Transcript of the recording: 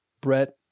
Brett